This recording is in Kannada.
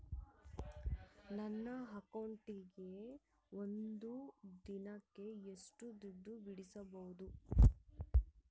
ನನ್ನ ಅಕೌಂಟಿನ್ಯಾಗ ಒಂದು ದಿನಕ್ಕ ಎಷ್ಟು ದುಡ್ಡು ಬಿಡಿಸಬಹುದು?